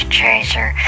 chaser